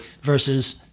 versus